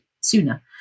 sooner